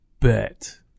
bet